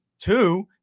Two